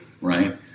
Right